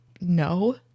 No